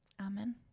Amen